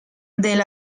del